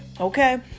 Okay